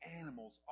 animals